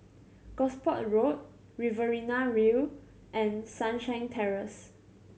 Gosport Road Riverina View and Sunshine Terrace